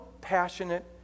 passionate